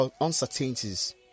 uncertainties